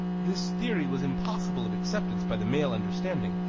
this theory was impossible of acceptance by the male understanding,